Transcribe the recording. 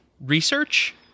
research